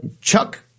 Chuck